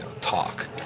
talk